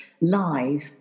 live